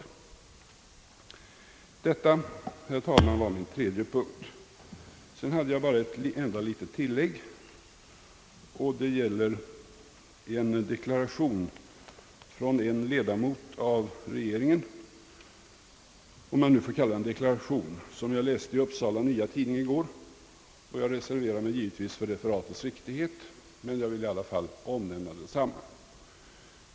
Jag har, herr talman, sedan bara ett enda litet tillägg. Det gäller en deklaration av en ledamot av regeringen — om jag nu får kalla det för deklaration. Jag läste den i går i Uppsala Nya Tidning, och jag reserverar mig givetvis för referatets riktighet, men jag vill omnämna detsamma.